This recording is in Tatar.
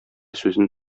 сүзне